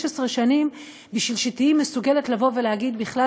15 שנים בשביל שתהיי מסוגלת לבוא ולהגיד בכלל